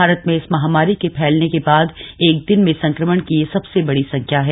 भारत में इस महामारी के फैलने के बाद एक दिन में संक्रमण की यह सबसे बड़ी संख्या है